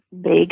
big